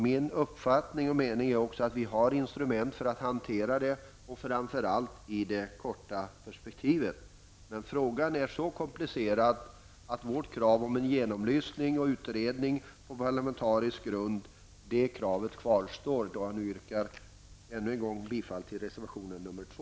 Min uppfattning är att vi har instrument för att hantera detta, framför allt i det korta perspektivet. Men frågan är så komplicerad att vårt krav om en genomlysning och en utredning på parlamentarisk grund kvarstår. Jag yrkar än en gång bifall till reservation nr 2.